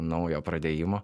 naujo pradėjimo